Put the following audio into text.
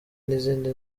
n’izindi